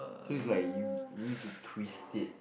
so is like you you need to twist it